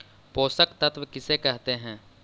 पोषक तत्त्व किसे कहते हैं?